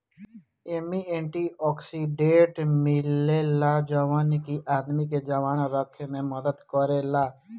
एमे antioxidant मिलेला जवन की आदमी के जवान रखे में मदद करेला